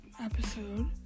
episode